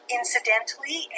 incidentally